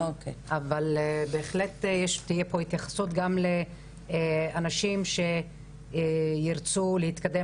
אבל בהחלט יש פה התייחסות גם לאנשים שירצו להתקדם